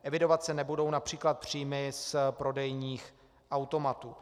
Evidovat se nebudou například příjmy z prodejních automatů.